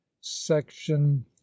Section